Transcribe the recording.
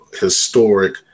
historic